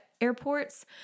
airports